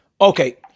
Okay